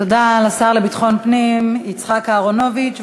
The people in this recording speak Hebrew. תודה לשר לביטחון פנים יצחק אהרונוביץ.